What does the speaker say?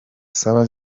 saba